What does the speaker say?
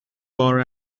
far